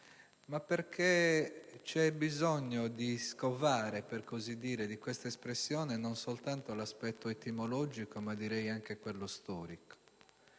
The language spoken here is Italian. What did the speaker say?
ma perché c'è bisogno di scovare di quest'espressione non soltanto l'aspetto etimologico, ma anche quello storico.